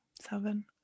seven